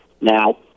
Now